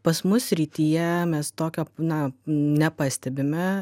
pas mus srityje mes tokio na nepastebime